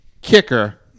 kicker